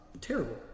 terrible